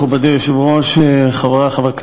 מכובדי היושב-ראש, חברי חברי הכנסת,